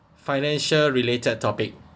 financial related topic